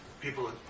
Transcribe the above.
people